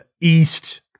east